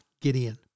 Gideon